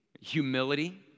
Humility